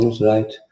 right